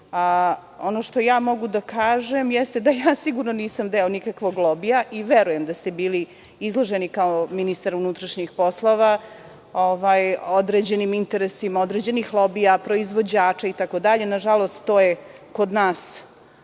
što ja mogu da kažem jeste da ja nisam sigurno deo nikakvog lobija i verujem da ste bili izloženi, kao ministar unutrašnjih poslova, određenim interesima određenih lobija proizvođača itd. Nažalost, to je kod nas